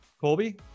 Colby